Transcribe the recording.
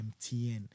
MTN